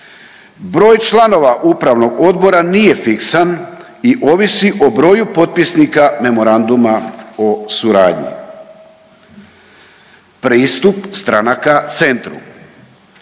Broj članova upravnog odbora nije fiksan i ovisi o broju potpisnika memoranduma o suradnji. Pristup stranaka centru.